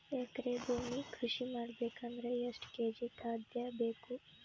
ಎಕರೆ ಭೂಮಿ ಕೃಷಿ ಮಾಡಬೇಕು ಅಂದ್ರ ಎಷ್ಟ ಕೇಜಿ ಖಾದ್ಯ ಬೇಕು?